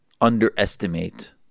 underestimate